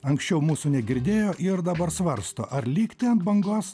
anksčiau mūsų negirdėjo ir dabar svarsto ar likti ant bangos